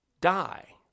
die